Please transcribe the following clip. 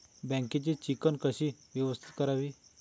बँकेची चिकण कशी व्यवस्थापित करावी?